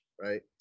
Right